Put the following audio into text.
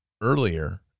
earlier